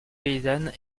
paysanne